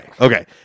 okay